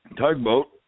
Tugboat